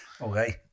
Okay